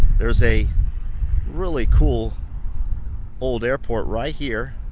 there's a really cool old airport right here.